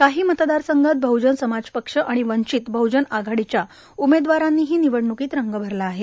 काही मतदारसंघात बहजन समाज पक्ष आणि वंचित बहजन आघाडीच्या उमेदवारांनीही निवडणूकीत रंग भरला आहे